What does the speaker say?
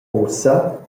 ussa